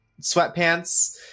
sweatpants